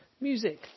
music